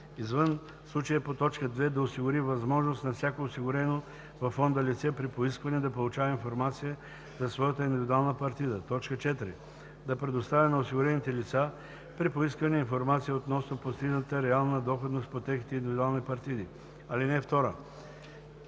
извън случая по т. 2 да осигури възможност на всяко осигурено във фонда лице при поискване да получава информация за своята индивидуална партида; 4. да предоставя на осигурените лица при поискване информация относно постигнатата реална доходност по техните индивидуални партиди. (2) В